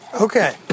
Okay